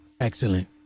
Excellent